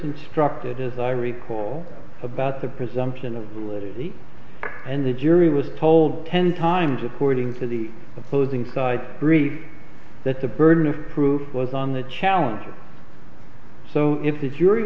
instructed as i recall about the presumption of libby and the jury was told ten times according to the opposing side three that the burden of proof was on the challenger so if the jury